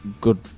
good